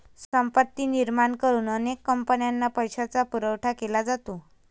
संपत्ती निर्माण करून अनेक कंपन्यांना पैशाचा पुरवठा केला जातो